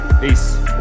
peace